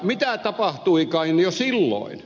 mitä tapahtuikaan jo silloin